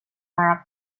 arab